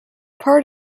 part